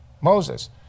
Moses